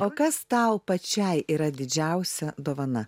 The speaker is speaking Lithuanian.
o kas tau pačiai yra didžiausia dovana